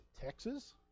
Texas